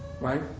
right